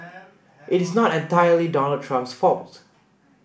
it is not entirely Donald Trump's fault